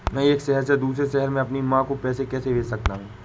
मैं एक शहर से दूसरे शहर में अपनी माँ को पैसे कैसे भेज सकता हूँ?